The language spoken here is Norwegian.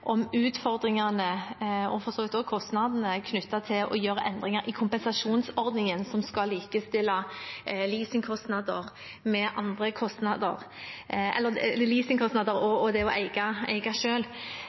om utfordringene – og for så vidt også kostnadene – knyttet til å gjøre endringer i kompensasjonsordningen som skal likestille leasingkostnader